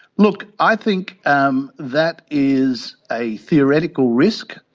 look, i think um that is a theoretical risk.